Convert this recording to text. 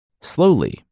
Slowly